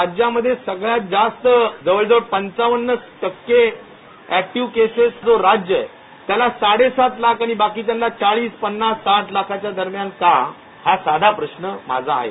राज्यामधे सगळ्यात जास्त जवळजवळ पंचावन्न टक्के अक्टीव्ह केसेस जो राज्य आहे त्याला साडेसात लाख आणि बाकीच्यांना चाळीस पन्नास साठ लाखांच्या दरम्यान का हा साधा प्रश्न माझा आहे